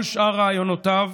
כל שאר רעיונותיו,